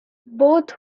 both